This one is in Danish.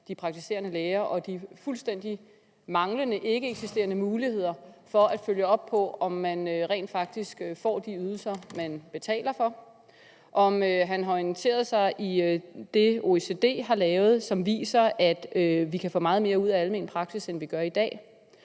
de praktiserende læger og de fuldstændig ikkeeksisterende muligheder for at følge op på, om man rent faktisk får de ydelser, man betaler for; om han har orienteret sig i det, OECD har lavet, som viser, at vi kan få meget mere ud af almen praksis, end vi gør i dag;